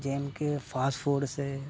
જેમ કે ફાસ્ટફૂડ છે